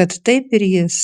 kad taip ir jis